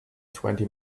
twenty